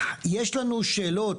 יש לנו שאלות,